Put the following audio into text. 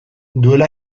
duela